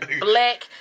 Black